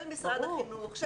של משרד החינוך,